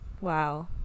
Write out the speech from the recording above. wow